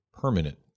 permanent